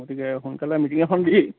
গতিকে সোনকালে মিটিঙ এখন দি